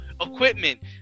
Equipment